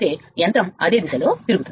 కాబట్టి యంత్రం ఒకే దిశలో తిరుగుతుంది